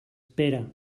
pere